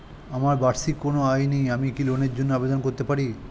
আমার বার্ষিক কোন আয় নেই আমি কি লোনের জন্য আবেদন করতে পারি?